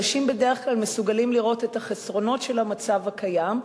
אנשים בדרך כלל מסוגלים לראות את החסרונות של המצב הקיים,